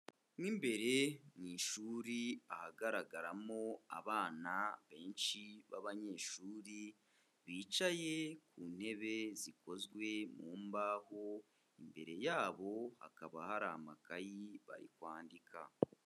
Mo imbere mu ishuri ahagaragaramo abana benshi b'abanyeshuri, bicaye ku ntebe zikozwe mu mbaho, imbere yabo hakaba hari amakayi bari kwandika.